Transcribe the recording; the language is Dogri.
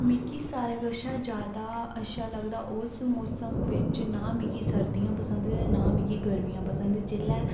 मिगी सारें कोला ज्यादा अच्छा लगदा उस मौसम बिच ना मिगी सर्दियां पसंद ते ना मिगी गर्मियां पसंद जेल्लै